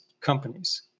companies